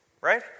Right